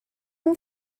اون